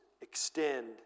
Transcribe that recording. extend